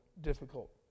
difficult